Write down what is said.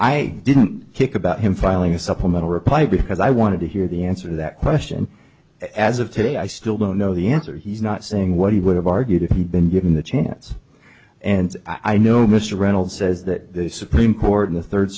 i didn't kick about him filing a supplemental reply because i wanted to hear the answer that question as of today i still don't know the answer he's not saying what he would have argued if he'd been given the chance and i know mr reynolds says that the supreme court in the third